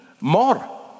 more